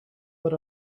but